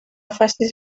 faces